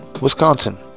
Wisconsin